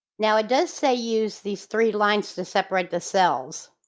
now it does say use these three lines to separate the cells.